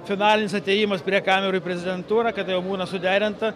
finalinis atėjimas prie kamerų į prezidentūrą kada jau būna suderinta